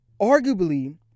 arguably